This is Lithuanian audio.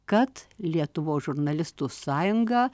kad lietuvos žurnalistų sąjunga